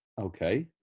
Okay